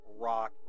rock